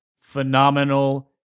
phenomenal